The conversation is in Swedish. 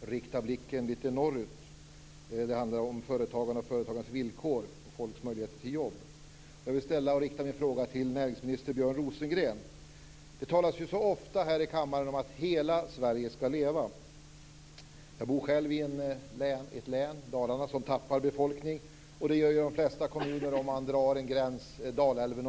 rikta uppmärksamheten lite norrut. Det handlar om företagandets villkor och om människors rätt till jobb. Det talas här i kammaren ofta om att hela Sverige skall leva. Jag bor själv i ett län, Dalarna, som tappar befolkning, och det gör också de flesta kommuner norr om Dalälven.